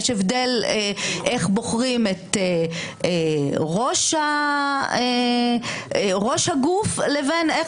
יש הבדל איך בוחרים את ראש הגוף לבין איך